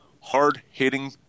hard-hitting